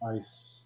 Ice